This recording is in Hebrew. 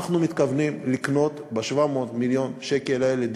אנחנו מתכוונים לקנות ב-700 מיליון שקל האלה דירות.